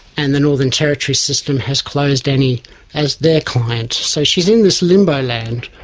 and the northern territory system has closed annie as their client. so she's in this limbo land.